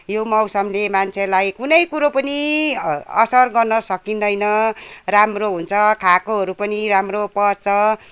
यो मौसमले मान्छेलाई कुनै कुरो पनि असर गर्न सकिँदैन राम्रो हुन्छ खाएकोहरू पनि राम्रो पच्छ